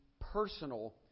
personal